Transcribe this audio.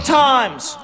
times